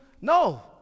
No